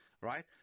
right